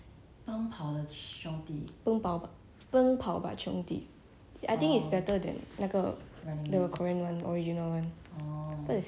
I think it's better than 那个 the korean [one] original [one] thought it's funnier eh because it's chinese that's why I can understand more of their comedy lor